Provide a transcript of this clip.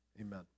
Amen